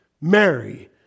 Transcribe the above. Mary